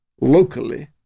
locally